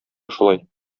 шулай